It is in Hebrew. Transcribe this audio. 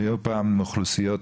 היו פעם אוכלוסיות